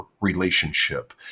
relationship